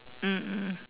mm mm